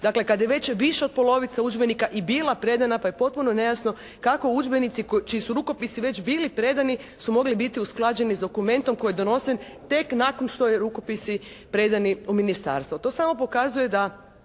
dakle kada je već više od polovice udžbenika i bila predana pa je potpuno nejasno kako udžbenici čiji su rukopisi već bili predani su mogli biti usklađeni sa dokument koji je donesen tek nakon što su rukopisi predani u ministarstvo. To samo pokazuje da